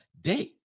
day